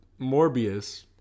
Morbius